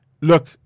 look